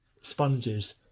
sponges